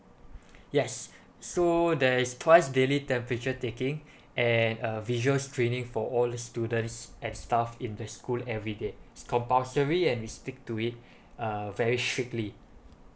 yes so there is twice daily temperature taking and uh visual training for all the students and staff in the school every day it's compulsory and we stick to it uh very strictly